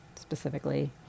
specifically